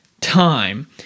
time